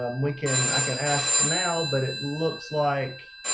um we can i can ask now, but it looks like